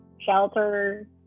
shelter